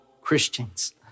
Christians